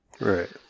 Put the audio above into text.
Right